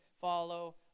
follow